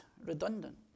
redundant